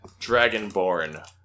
dragonborn